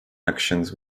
actions